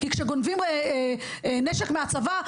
כי כשגונבים נשק מהצבא,